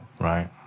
Right